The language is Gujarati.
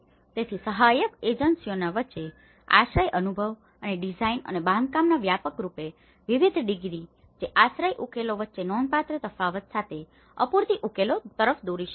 તેથી સહાયક એજન્સીઓ વચ્ચે આશ્રય અનુભવ અને ડિઝાઇન અને બાંધકામના વ્યાપક રૂપે વિવિધ ડિગ્રી જે આશ્રય ઉકેલો વચ્ચે નોંધપાત્ર તફાવત સાથે અપૂરતી ઉકેલો તરફ દોરી શકે છે